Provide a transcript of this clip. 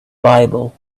bible